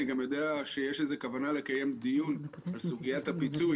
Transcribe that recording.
אני יודע שיש איזה כוונה לקיים דיון על סוגיית הפיצוי.